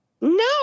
No